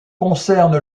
concerne